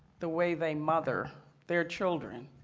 the way they mother their children,